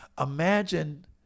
imagine